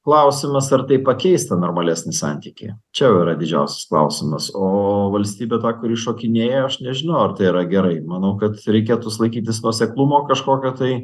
klausimas ar tai pakeistų normalesnį santykį čia jau yra didžiausias klausimas o valstybė ta kuri šokinėja aš nežinau ar tai yra gerai manau kad reikėtųs laikytis nuoseklumo kažkokio tai